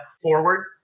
forward